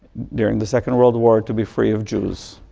during the second world war to be free of jews.